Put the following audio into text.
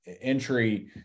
entry